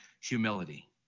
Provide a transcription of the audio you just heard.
humility